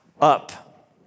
up